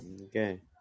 Okay